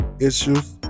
issues